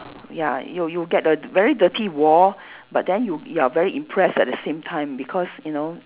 ya you you get the very dirty wall but then you you are very impressed at the same time because you know